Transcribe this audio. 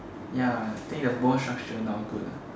ya think the bone structure not good